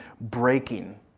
breaking